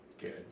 Good